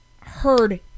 heard